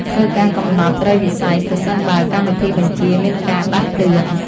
ធ្វើការកំណត់ត្រីវិស័យ ប្រសិនបើកម្មវិធីបញ្ជាមានការដាស់តឿន។